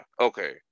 okay